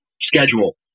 schedule